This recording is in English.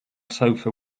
sofa